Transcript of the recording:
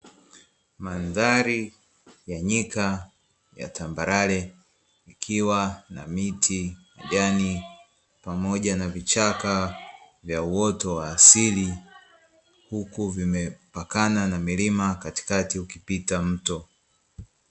Mandhari ya nyika ya tambarare ikiwa na miti ya kijani pamoja na vichaka vya uoto wa asili, huku vimepakana na milima katikati ukipita mto.